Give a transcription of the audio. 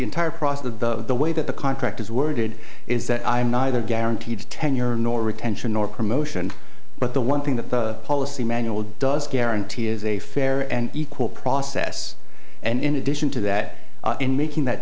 entire process of the way that the contract is worded is that i'm neither guaranteed tenure nor retention nor promotion but the one thing that the policy manual does guarantee is a fair and equal process and in addition to that in making that